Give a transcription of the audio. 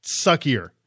suckier